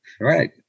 Right